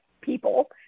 people